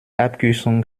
abkürzung